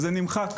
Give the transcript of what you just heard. שזה נמחק,